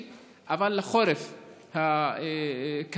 אבל לחורף הקרב,